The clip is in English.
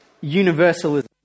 universalism